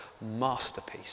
masterpiece